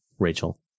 Rachel